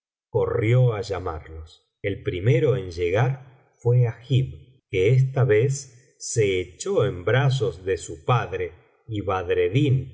corrió á llamarlos el primero en llegar fué agib que esta vez se echó en brazos de su padre y